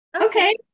Okay